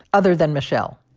other than michelle